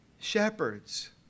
shepherds